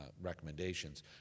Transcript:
recommendations